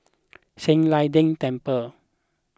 San Lian Deng Temple